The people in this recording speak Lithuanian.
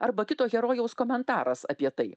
arba kito herojaus komentaras apie tai